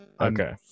Okay